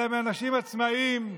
אלא הם אנשים עצמאיים,